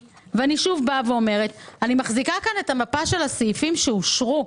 אני מחזיקה כאן את מפת הסעיפים שאושרו,